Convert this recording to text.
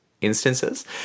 instances